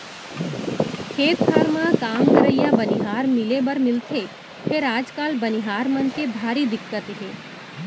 खेत खार म काम करइया बनिहार मिले बर मिलथे फेर आजकाल बनिहार मन के भारी दिक्कत हे